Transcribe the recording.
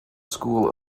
school